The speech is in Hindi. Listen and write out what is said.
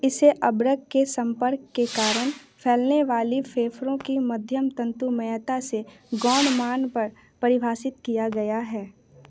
इसे अब्रक के संपर्क के कारण फैलने वाली फेफड़ों की मध्यम तंतुमयता से गौण मान कर परिभाषित किया गया है